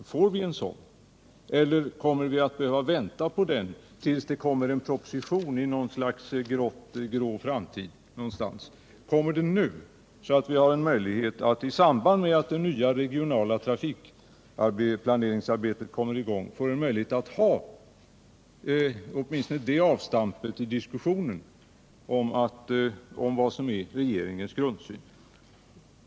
Kommer det att presenteras sådana förslag, eller får vi vänta på dem tills det kommer en proposition någon gång i en grå framtid? Kommer de nu, så att vi i samband med att det nya regionala trafikplaneringsarbetet kommer i gång får en möjlighet att ha åtminstone det avstampet i diskussionen?